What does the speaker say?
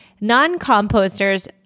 Non-composters